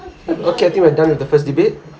okay I think we're done with the first debate